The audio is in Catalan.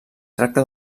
tracta